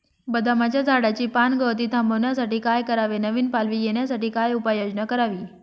बदामाच्या झाडाची पानगळती थांबवण्यासाठी काय करावे? नवी पालवी येण्यासाठी काय उपाययोजना करावी?